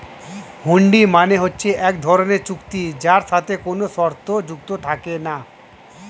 হুন্ডি মানে হচ্ছে এক ধরনের চুক্তি যার সাথে কোনো শর্ত যুক্ত থাকে না